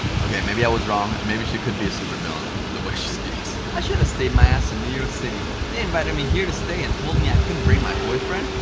okay, maybe i was wrong. maybe she could be a supervillain with the way she speaks. i should have stayed my a s in new york city. they invited me here to stay and told me i couldn't bring my boyfriend.